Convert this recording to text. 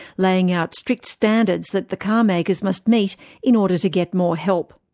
laying out strict standards that the car makers must meet in order to get more help.